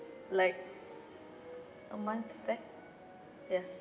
like a month back yeah